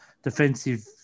Defensive